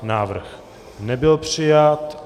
Návrh nebyl přijat.